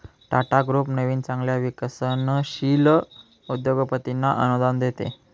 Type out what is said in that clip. Tata group नवीन चांगल्या विकसनशील उद्योगपतींना अनुदान देते